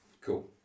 Cool